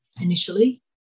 initially